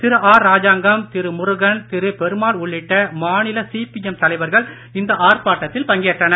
திரு R Rajangam திரு முருகன் திரு பெருமாள் உள்ளிட்ட மாநில சிபிஎம் தலைவர்கள் இந்த ஆர்ப்பாட்டத்தில் பங்கேற்றனர்